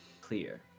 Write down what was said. clear